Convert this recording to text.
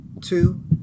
Two